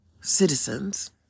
citizens